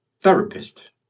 therapist